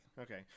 Okay